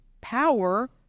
power